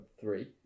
three